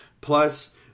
Plus